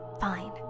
fine